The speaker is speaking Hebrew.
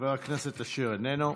חבר הכנסת אשר, איננו.